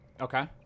okay